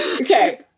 Okay